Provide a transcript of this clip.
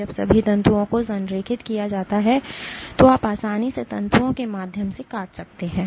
जब सभी तंतुओं को संरेखित किया जाता है तो आप आसानी से तंतुओं के माध्यम से काट सकते हैं